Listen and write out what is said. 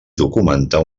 documentar